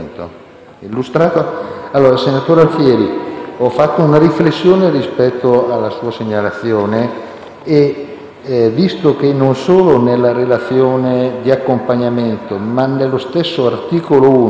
Senatore Ferrari, ho fatto una riflessione rispetto alla sua segnalazione. Non solo nella relazione di accompagnamento, ma nello stesso articolo 1